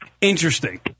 interesting